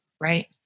Right